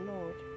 Lord